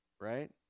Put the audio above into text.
right